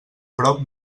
prop